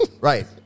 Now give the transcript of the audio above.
right